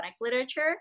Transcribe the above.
literature